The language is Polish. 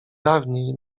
dawniej